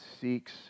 seeks